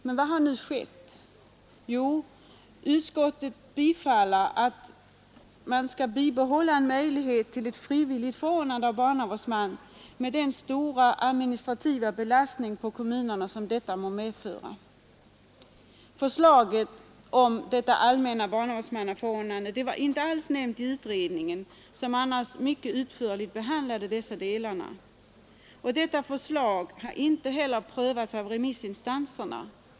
Men vad har skett? Jo, utskottet bifaller ett bibehållande av möjligheten till ett frivilligt förordnande av barnavårdsman med den stora administra tiva belastning på kommunerna som detta måste medföra. Förslaget om detta allmänna barnavårdsmannaförordnande var inte alls nämnt i utredningen, som annars mycket utförligt behandlade dessa delar. Detta förslag har inte heller prövats av remissinstanserna.